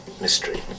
mystery